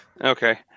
okay